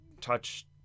touch